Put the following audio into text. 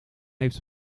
heeft